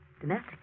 Domestic